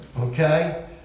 Okay